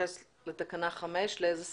להתייחס לתקנה 5, לאיזה סעיף?